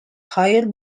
higher